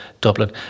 Dublin